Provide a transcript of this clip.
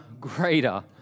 greater